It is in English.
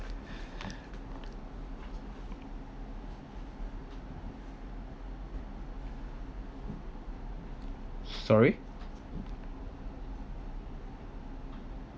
sorry